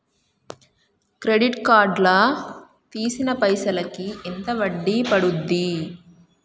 Credit card లా తీసిన పైసల్ కి ఎంత వడ్డీ పండుద్ధి?